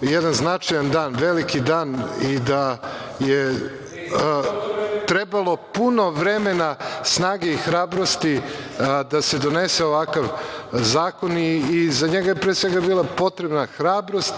jedan značajan dan, veliki dan i da je trebalo puno vremena, snage i hrabrosti da se donese ovakav zakon i za njega je bila potrebna hrabrost